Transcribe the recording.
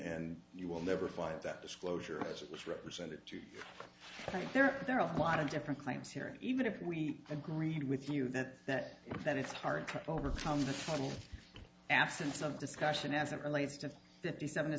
and you will never find that disclosure as it was represented to me there are a lot of different claims here even if we agreed with you that that that it's hard to overcome the absence of discussion as it relates to fifty seven